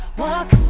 walk